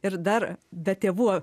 ir dar be tėvų